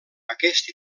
aquest